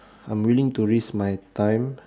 I'm willing to risk my time